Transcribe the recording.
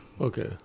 Okay